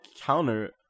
counter